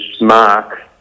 mark